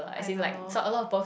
I don't know